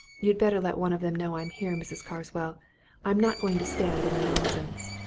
you'd better let one of them know i'm here, mrs. carswell i'm not going to stand any nonsense.